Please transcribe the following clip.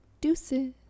Deuces